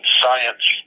science